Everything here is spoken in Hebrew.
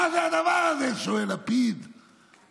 מה זה הדבר הזה?" שואל לפיד בפתוס.